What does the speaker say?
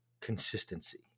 consistency